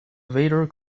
vader